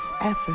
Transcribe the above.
effort